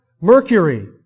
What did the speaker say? Mercury